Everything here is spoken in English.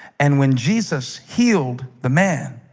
and when jesus healed the man,